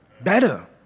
better